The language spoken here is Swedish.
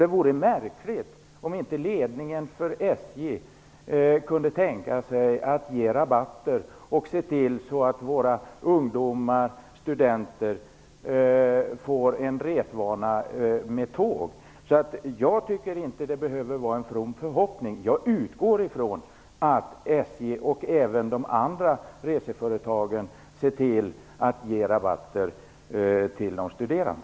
Det vore märkligt om inte ledningen för SJ kunde tänka sig att ge rabatter och se till att våra ungdomar - studenter - får en resvana med tåg, så jag tycker inte att det behöver vara en from förhoppning. Jag utgår ifrån att SJ och även de andra reseföretagen ser till att ge rabatter till de studerande.